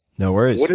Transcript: no worries.